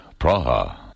Praha